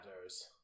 matters